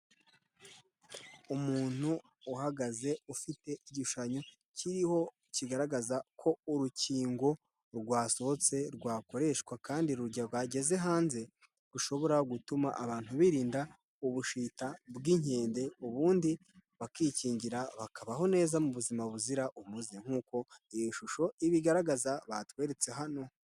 Umuntu uhagaze ufite igishushanyo kiriho kigaragaza ko urukingo rwasohotse, rwakoreshwa kandi rwageze hanze, rushobora gutuma abantu birinda ubushita bw'inkende, ubundi bakikingira bakabaho neza mu buzima buzira umuze nk'uko iyi shusho ibigaragaza batweretse hano.